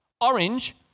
Orange